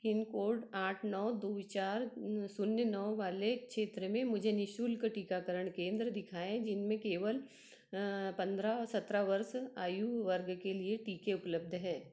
pin code आठ नौ दो चार शून्य नौ वाले क्षेत्र में मुझे निश्शुल्क टीकाकरण केंद्र दिखाएँ जिनमें केवल पंद्रह सत्रह वर्ष आयु वर्ग के लिए टीके उपलब्ध हैं